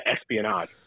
espionage